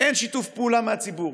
אין שיתוף פעולה מהציבור.